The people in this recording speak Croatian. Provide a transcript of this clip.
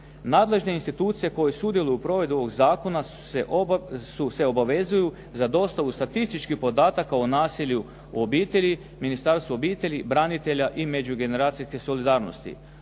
Nadležne institucije koje sudjeluju u provedbi ovog zakona se obavezuju da dostavu statističkih podataka o nasilju u obitelji, Ministarstvu obitelji, branitelja i međugeneracijske solidarnosti.